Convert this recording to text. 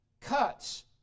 cuts